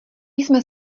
jsme